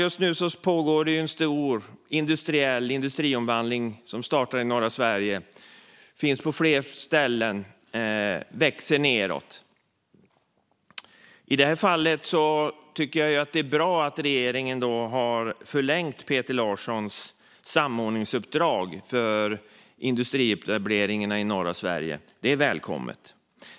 Just nu pågår det en stor industriomvandling. Den startade i norra Sverige. Den finns på fler ställen. Den växer nedåt. I detta fall tycker jag att det är bra att regeringen har förlängt Peter Larssons samordningsuppdrag för industrietableringarna i norra Sverige. Det är välkommet.